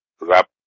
rap